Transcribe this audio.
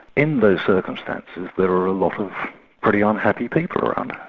in those circumstances there are a lot of pretty unhappy people around.